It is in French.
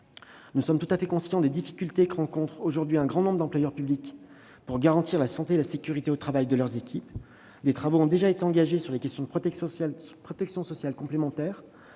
Nous sommes tout à fait conscients des difficultés que rencontrent aujourd'hui un grand nombre d'employeurs publics pour garantir la santé et la sécurité au travail de leurs équipes. Des travaux ont déjà été engagés sur les questions de protection sociale complémentaire,